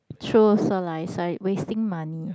true also lah is like wasting money